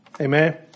Amen